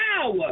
power